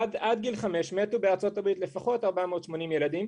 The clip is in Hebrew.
עד גיל חמש, מתו בארצות הברית לפחות 480 ילדים.